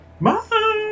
Bye